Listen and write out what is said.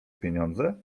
pieniądze